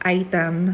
item